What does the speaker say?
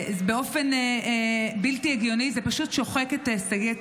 באופן בלתי הגיוני זה פשוט שוחק את הישגי צה"ל.